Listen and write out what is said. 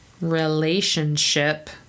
relationship